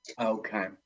Okay